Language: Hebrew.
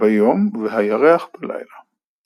ביום והירח בלילה.